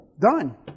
done